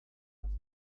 casa